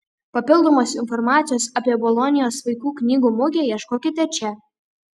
papildomos informacijos apie bolonijos vaikų knygų mugę ieškokite čia